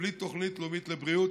בלי תוכנית לאומית לבריאות,